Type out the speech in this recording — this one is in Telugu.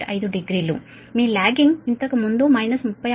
5 డిగ్రీలు మీ లాగ్గింగ్ ఇంతకు ముందు మైనస్ 36